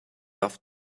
off